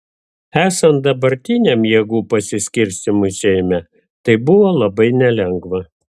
esant dabartiniam jėgų pasiskirstymui seime tai buvo labai nelengva